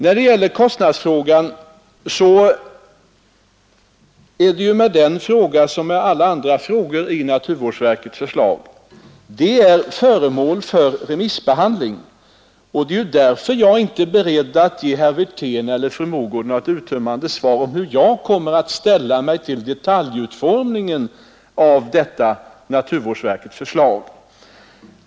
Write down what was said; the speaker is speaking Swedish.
När det gäller kostnadsfrågan är det med den som med alla andra frågor i verkets förslag, nämligen att den är föremål för remissbehandling. Det är det som är orsaken till att jag inte är beredd att ge herr Wirtén eller fru Mogård några uttömmande svar på hur jag kommer att ställa mig till detaljutformningen av förslaget.